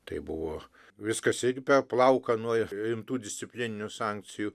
tai buvo viskas irgi per plauką nuo rimtų disciplininių sankcijų